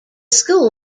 school